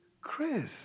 Chris